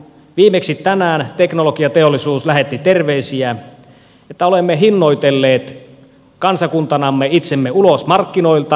viimeksi tänään teknologiateollisuus lähetti terveisiä että olemme hinnoitelleet kansakuntana itsemme ulos markkinoilta